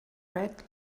red